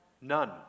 None